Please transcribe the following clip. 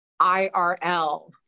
IRL